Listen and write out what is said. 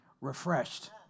refreshed